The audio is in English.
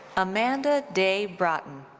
amanda day braaten.